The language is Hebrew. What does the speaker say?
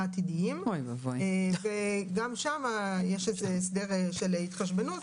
עתידיים וגם שם יש איזה שהוא הסדר של התחשבנות.